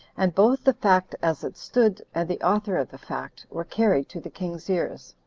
and both the fact as it stood, and the author of the fact, were carried to the king's ears.